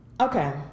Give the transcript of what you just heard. okay